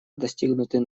достигнутый